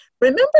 remember